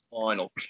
final